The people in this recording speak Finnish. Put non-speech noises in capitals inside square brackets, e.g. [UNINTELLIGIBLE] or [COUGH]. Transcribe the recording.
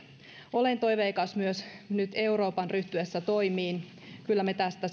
olen toiveikas myös nyt euroopan ryhtyessä toimiin kyllä me tästä [UNINTELLIGIBLE]